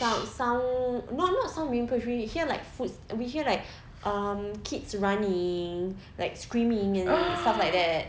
sound sound not not sounds being pushed we hear like foot we hear like um kids running like screaming and stuff like that